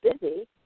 busy